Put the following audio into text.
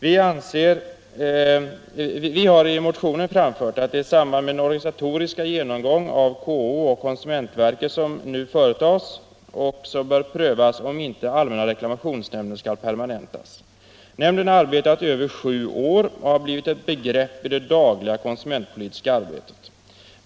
Vi har i motioner anfört att det i samband med den organisatoriska genomgång av KO och konsumentverket som nu företas bör prövas om inte allmänna reklamationsnämnden skall permanentas. Nämnden har arbetat i över sju år och har blivit ett begrepp i det dagliga konsumentpolitiska arbetet.